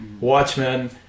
Watchmen